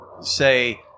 say